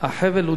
החבל הוא דק.